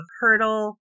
hurdle